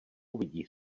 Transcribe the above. uvidí